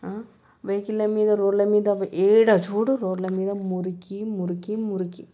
వెహికల్ల మీద రోడ్ల మీద యాడ చూడు రోడ్ల మీద మురికి మురికి మురికి